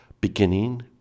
beginning